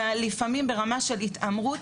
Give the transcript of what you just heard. אלא לפעמים ברמה של התעמרות.